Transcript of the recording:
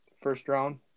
first-round